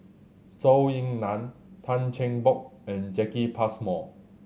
Zhou Ying Nan Tan Cheng Bock and Jacki Passmore